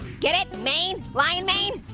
get it, mane, lion mane?